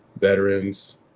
veterans